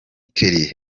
kelly